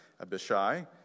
Abishai